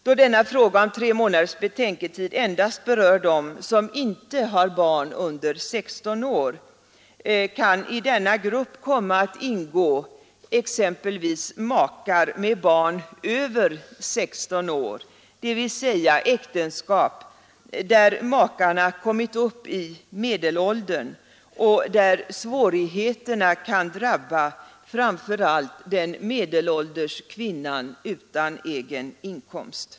Då denna fråga om tre månaders betänketid endast berör dem som inte har barn under 16 år, kan i denna grupp komma att ingå exempelvis makar med barn över 16 år, dvs. äktenskap där makarna kommit upp i medelåldern och där svårigheterna kan drabba framför allt den medelålders kvinnan utan egen inkomst.